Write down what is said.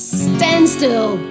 standstill